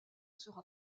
sera